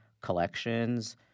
collections